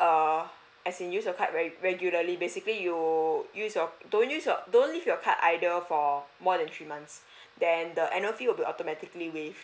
err as in use your card re~ regularly basically you use your don't use don't use your card either for more than three months then the annual fee will be automatically waived